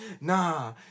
nah